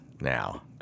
now